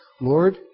Lord